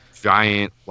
giant